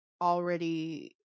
already